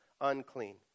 unclean